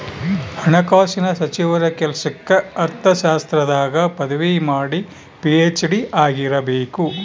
ಹಣಕಾಸಿನ ಸಚಿವರ ಕೆಲ್ಸಕ್ಕ ಅರ್ಥಶಾಸ್ತ್ರದಾಗ ಪದವಿ ಮಾಡಿ ಪಿ.ಹೆಚ್.ಡಿ ಆಗಿರಬೇಕು